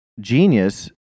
genius